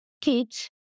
kids